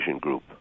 group